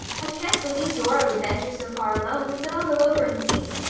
i can't believe dora would venture so far alone but i'll go over and see,